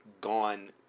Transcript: gone